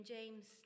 James